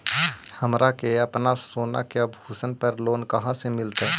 हमरा के अपना सोना के आभूषण पर लोन कहाँ से मिलत?